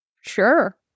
Sure